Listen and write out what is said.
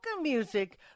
Music